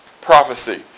prophecy